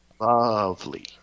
Lovely